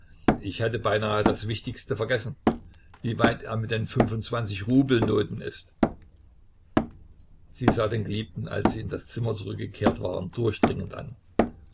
ich hätte beinahe das wichtigste vergessen wie weit er mit den fünfundzwanzigrubel noten ist sie sah den geliebten als sie in das zimmer zurückgekehrt waren durchdringend an